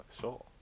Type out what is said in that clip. sure